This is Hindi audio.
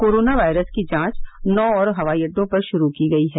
कोरोना वायरस की जांच नौ और हवाई अड्डों पर शुरू की गई है